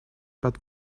but